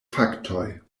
faktoj